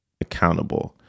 Accountable